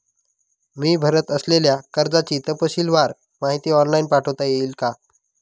मी भरत असलेल्या कर्जाची तपशीलवार माहिती ऑनलाइन पाठवता येईल का?